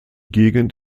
gegend